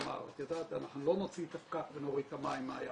אנחנו לא נוציא את הפקק ונוריד את המים מהים.